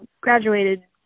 graduated